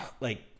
like-